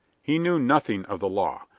he knew nothing of the law,